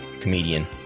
comedian